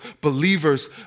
believers